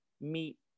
meet